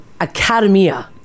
Academia